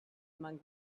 among